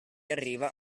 arriva